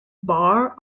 bar